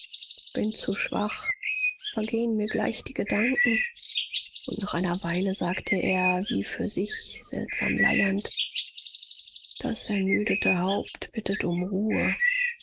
bin zu schwach vergehen mir gleich die gedanken und nach einer weile sagte er wie für sich seltsam leiernd das ermüdete haupt bittet um ruhe